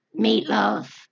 meatloaf